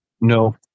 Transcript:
No